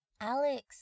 Alex